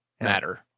matter